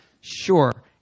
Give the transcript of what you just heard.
Sure